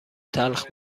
تلخ